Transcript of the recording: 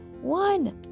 one